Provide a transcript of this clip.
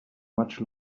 much